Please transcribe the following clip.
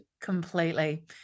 Completely